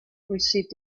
received